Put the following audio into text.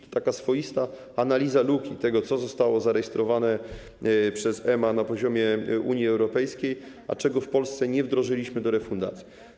To taka swoista analiza luki, tego, co zostało zarejestrowane przez EMA na poziomie Unii Europejskiej, a czego w Polsce nie wdrożyliśmy do refundacji.